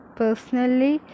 personally